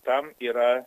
tam yra